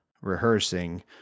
rehearsing